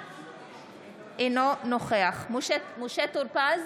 אינו נוכח משה טור פז,